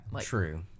True